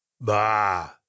Bah